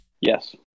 yes